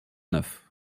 neuf